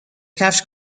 کفش